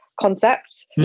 concept